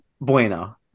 Bueno